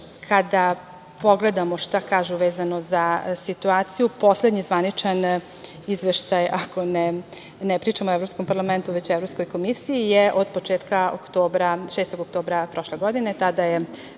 kada pogledamo šta kažu vezano za situaciju, poslednji zvanični izveštaj, ako ne pričamo o Evropskom parlamentu, već o Evropskoj komisiji, je od 6. oktobra prošle godine, tada je